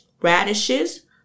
radishes